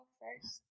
first